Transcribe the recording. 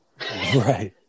right